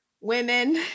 women